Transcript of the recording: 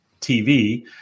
TV